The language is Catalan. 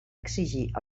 exigir